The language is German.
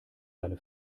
seine